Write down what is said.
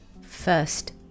first